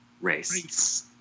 Race